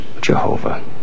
Jehovah